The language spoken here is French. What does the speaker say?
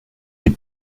est